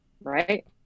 Right